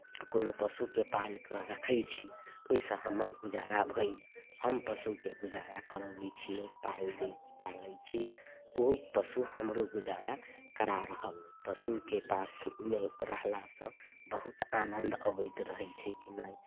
कोनो पशुकेँ पालि कऽ रखैत छी ओहिसँ हमर गुजारा होइए हम पशुके गुजारा करबैत छियै पालि दैत पालै छियै ओ पशु हमरो गुजारा करा रहल अइ पशुके पासमे रहलासँ बहुत आनन्द अबैत रहैत छै किनै